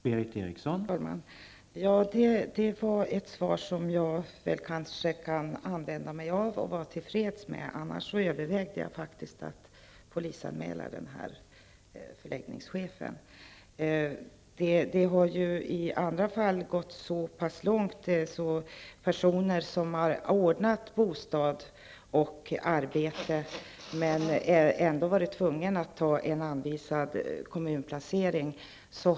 Herr talman! Det var ett svar som jag kanske kan använda mig av och vara tillfreds med. Men jag övervägde faktiskt att polisanmäla förläggningschefen. Det har i andra fall gått så långt att personer som har ordnat bostad och arbete ändå har varit tvungna att ta en anvisad kommunplacering.